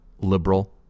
liberal